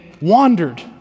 wandered